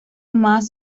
más